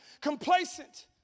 complacent